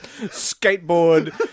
skateboard